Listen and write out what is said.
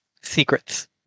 secrets